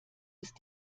ist